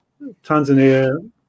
Tanzania